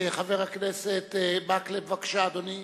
חבר הכנסת מקלב, בבקשה, אדוני.